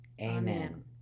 Amen